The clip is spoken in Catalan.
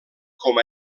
com